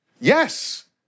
Yes